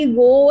go